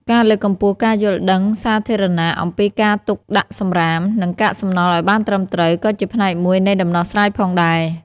ការលើកកម្ពស់ការយល់ដឹងសាធារណៈអំពីការទុកដាក់សំរាម និងកាកសំណល់ឱ្យបានត្រឹមត្រូវ ក៏ជាផ្នែកមួយនៃដំណោះស្រាយផងដែរ។